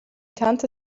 kante